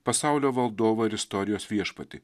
pasaulio valdovą ir istorijos viešpatį